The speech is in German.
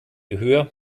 gehör